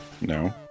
No